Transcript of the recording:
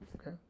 okay